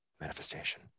manifestation